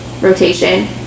rotation